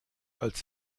als